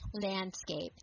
landscape